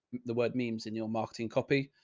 the word memes in your marketing copy.